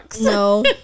no